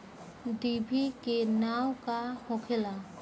डिभी के नाव का होखेला?